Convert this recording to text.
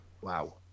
Wow